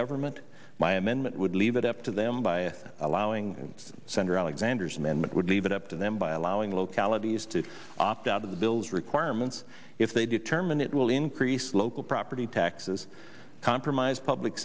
amendment would leave it up to them by allowing senator alexander's amendment would leave it up to them by allowing localities to opt out of the bill's requirements if they determine it will increase local property taxes compromise public